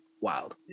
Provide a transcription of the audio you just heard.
wild